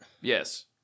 Yes